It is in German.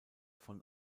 von